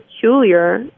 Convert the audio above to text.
peculiar